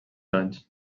anys